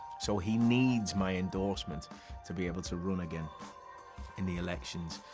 so he needs my endorsement to be able to run again in the elections,